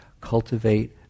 cultivate